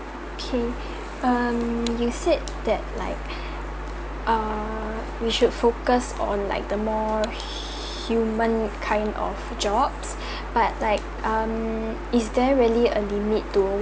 okay um you said that like err we should focus on like the more human kind of jobs but like um is there really a limit to